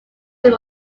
rim